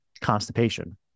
constipation